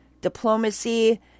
diplomacy